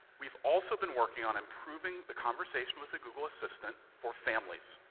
we've also been working on improving the conversation with the google assistant for families.